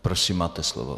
Prosím, máte slovo.